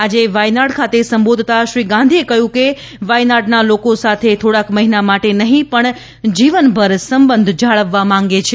આજે વાઇનાર ખાતે સંબોધતાં શ્રી ગાંધીએ કહ્યું કે વાઇનાડના લોકો સાથે થોડાક મહિના માટે નહિં પણ જીવનભર સંબંધ જાળવવા માંગે છે